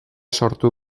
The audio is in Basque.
sortu